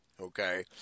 okay